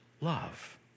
love